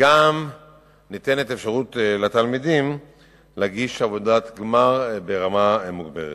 וכן ניתנת אפשרות לתלמידים להגיש עבודת גמר ברמה מוגברת.